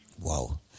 Wow